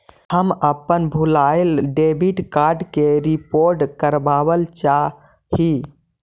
हम अपन भूलायल डेबिट कार्ड के रिपोर्ट करावल चाह ही